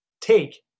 take